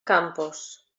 campos